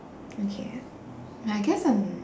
okay ah but I guess I'm